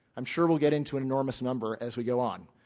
i'm sure we'll get into an enormous number as we go on.